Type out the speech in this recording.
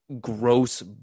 gross